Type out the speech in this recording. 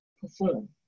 perform